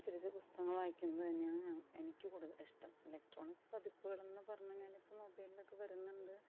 അച്ചടിച്ച പുസ്തകകങ്ങൾ വായിക്കുന്നത് തന്നെയാണ് ഞ എനിക്ക് കൂടുതൽ ഇഷ്ടം ഇലക്ട്രോണിക്സ് പതിപ്പുകളൊന്നും പറഞ്ഞുകഴിഞ്ഞാൽ ഇപ്പം മൊബൈലിലൊക്കെ വരുന്നുണ്ട്